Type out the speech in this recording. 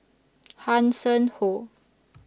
Hanson Ho